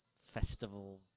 Festival